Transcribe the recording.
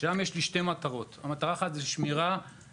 שם יש לי שתי מטרות: מטרה אחת היא שמירת התדמית